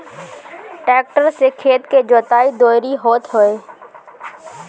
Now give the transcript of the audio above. tractor से खेत के जोताई, दवरी होत हवे